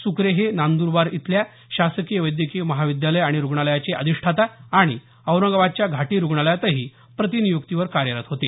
सुक्रे हे नंदुरबार इथल्या शासकीय वैद्यकीय महाविद्यालय आणि रुग्णालयाचे अधिष्ठाता आणि औरंगाबादच्या घाटी रुग्णालयातही प्रतिनियुक्तीवर कार्यरत होते